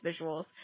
visuals